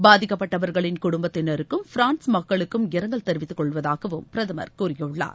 பாதிக்கப்பட்டவர்களின் குடும்பத்தினருக்கும் பிரான்ஸ் மக்களுக்கும் இரங்கல் தெரிவித்து கொள்வதாகவும் பிரதமர் கூறியுள்ளார்